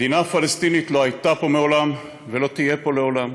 מדינה פלסטינית לא הייתה פה מעולם ולא תהיה פה לעולם,